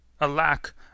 Alack